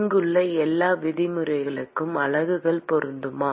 இங்குள்ள எல்லா விதிமுறைகளுக்கும் அலகுகள் பொருந்துமா